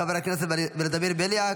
חבר הכנסת ולדימיר בליאק,